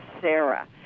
sarah